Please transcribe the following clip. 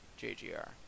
JGR